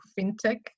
fintech